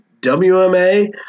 WMA